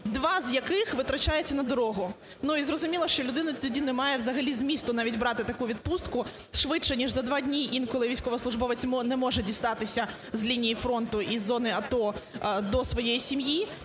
два з яких витрачається на дорогу. І зрозуміло, що людині тоді немає взагалі змісту тоді брати таку відпустку швидше ніж за два дні, коли військовослужбовець не може дістатися з лінії фронту і з зони АТО до своєї сім'ї,